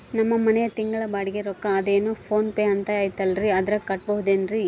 ನಮ್ಮ ಮನೆಯ ತಿಂಗಳ ಬಾಡಿಗೆ ರೊಕ್ಕ ಅದೇನೋ ಪೋನ್ ಪೇ ಅಂತಾ ಐತಲ್ರೇ ಅದರಾಗ ಕಟ್ಟಬಹುದೇನ್ರಿ?